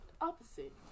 opposite